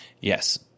Yes